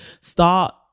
start